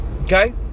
okay